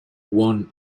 one